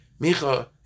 Micha